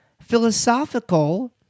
Philosophical